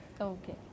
Okay